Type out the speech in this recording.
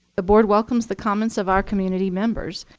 the board welcomes the comments of our community members,